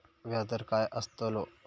व्याज दर काय आस्तलो?